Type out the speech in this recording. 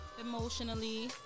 emotionally